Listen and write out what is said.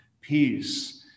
peace